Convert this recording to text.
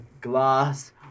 glass